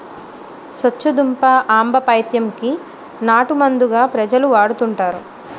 సొచ్చుదుంప ఆంబపైత్యం కి నాటుమందుగా ప్రజలు వాడుతుంటారు